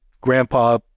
grandpa